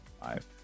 five